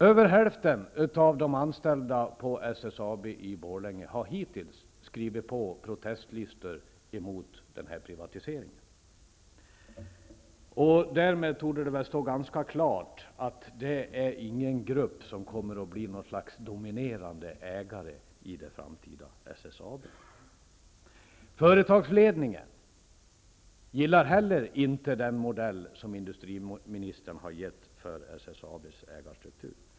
Över hälften av de anställda på SSAB i Borlänge har hittills skrivit på protestlistor mot den här privatiseringen. Därmed torde det stå ganska klart att det inte är någon grupp som kommer att bli något slags dominerande ägare i det framtida SSAB. Företagsledningen gillar heller inte den modell som industriministern har anvisat för SSAB:s ägarstruktur.